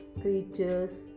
creatures